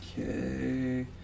Okay